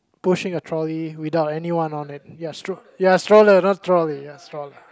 pushing a trolley without anyone on it ya stro~ ya stroller not troller ya stroller